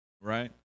right